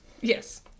Yes